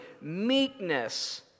meekness